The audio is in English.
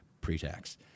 pre-tax